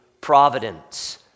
providence